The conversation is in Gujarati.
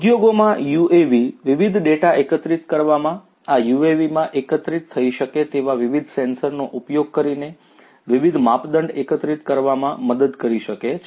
ઉદ્યોગોમાં UAVs વિવિધ ડેટા એકત્રિત કરવામાં આ UAVsમાં એકીકૃત થઈ શકે તેવા વિવિધ સેન્સરનો ઉપયોગ કરીને વિવિધ માપદંડ એકત્રિત કરવામાં મદદ કરી શકે છે